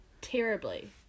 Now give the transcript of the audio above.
terribly